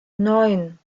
neun